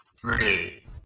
three